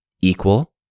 equal